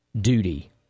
Duty